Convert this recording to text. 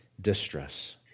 distress